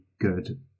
good